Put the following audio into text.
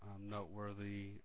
noteworthy